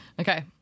Okay